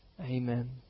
Amen